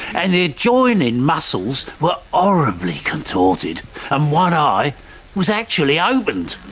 and the adjoining muscles were ah horribly contorted and one eye was actually opened.